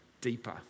deeper